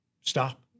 stop